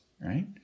right